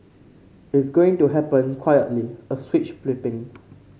it's going to happen quietly a switch flipping